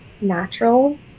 natural